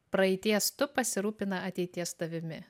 praeities tu pasirūpina ateities tavimi